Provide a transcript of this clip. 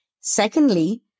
Secondly